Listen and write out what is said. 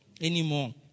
anymore